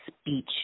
speech